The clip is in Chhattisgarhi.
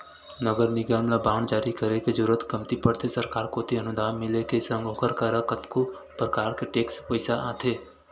नगर निगम ल बांड जारी करे के जरुरत कमती पड़थे सरकार कोती अनुदान मिले के संग ओखर करा कतको परकार के टेक्स पइसा आथे